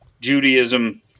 Judaism